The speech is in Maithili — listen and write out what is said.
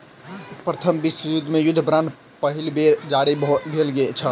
प्रथम विश्व युद्ध मे युद्ध बांड पहिल बेर जारी भेल छल